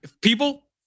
people